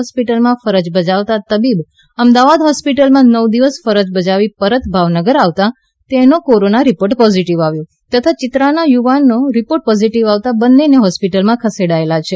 હોસ્પિટલમાં ફરજ બજાવતાં તબીબ અમદાવાદ હોસ્પિટલમાં નવ દિવસ ફરજ બજાવી પરત ભાવનગર આવતાં તેનો કોરોના રિપોર્ટ પોઝીટીવ આવ્યો તથા ચિત્રાના યુવાનનો રીપોર્ટ પોઝીટીવ આવતાં બંન્નેને હોસ્પિટલમાં ખસેડાયેલ છે